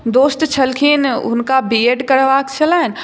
दोस्त छलखिन हुनका बी एड करबाक छलनि